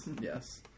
yes